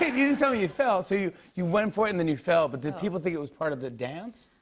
you didn't tell me you fell. so, you you went for it, and then you fell. but did people think it was part of the dance?